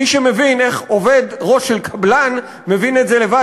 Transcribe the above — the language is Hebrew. מי שמבין איך עובד ראש של קבלן מבין את זה לבד,